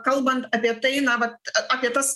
kalbant apie tai na vat apie tas